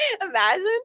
Imagine